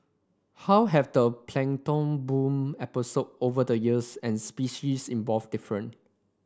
how have the plankton bloom episode over the years and species involved different